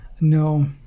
No